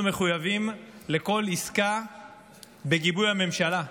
אנחנו מחויבים לכל עסקה בגיבוי הממשלה.